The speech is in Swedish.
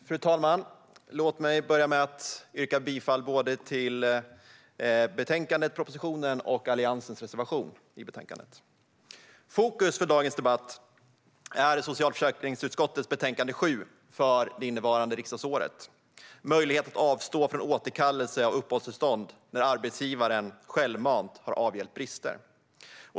Fru talman! Jag yrkar bifall till både propositionen och Alliansens reservation i betänkandet. Fokus för dagens debatt är socialförsäkringsutskottets betänkande nr 7 innevarande riksdagsår, Möjlighet att avstå från återkallelse av uppehållstillstånd när arbetsgivaren självmant har avhjälpt brister .